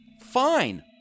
Fine